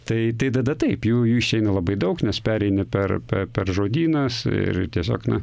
tai tai dada taip jų jų išeina labai daug nes pereini per per per žodynas ir tiesiog na